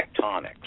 tectonics